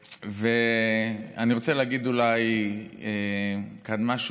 ואני רוצה להגיד אולי כאן משהו.